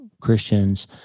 Christians